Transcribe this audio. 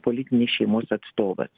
politinės šeimos atstovas